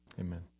Amen